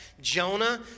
Jonah